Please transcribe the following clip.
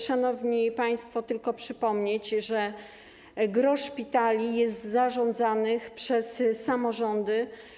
Szanowni państwo, pragnę tylko przypomnieć, że gros szpitali jest zarządzanych przez samorządy.